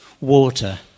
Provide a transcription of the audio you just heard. water